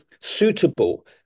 suitable